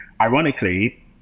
ironically